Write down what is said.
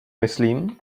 myslím